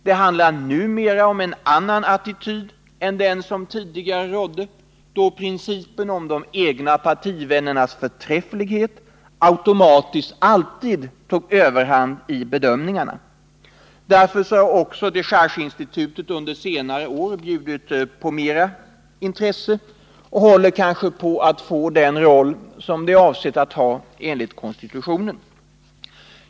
Det handlar numera om en annan attityd än den som tidigare rådde, då principen om de egna partivännernas förträfflighet automatiskt alltid tog överhand i bedömningarna. Därför har också dechargeinstitutet under senare år bjudit på mer intresseväckande saker och håller kanske på att få den roll som det är avsett att ha enligt konstitutionen.